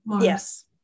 yes